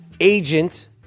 agent